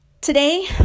today